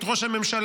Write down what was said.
את ראש הממשלה,